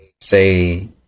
Say